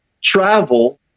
Travel